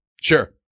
sure